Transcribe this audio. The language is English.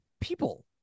people